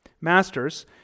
Masters